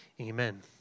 Amen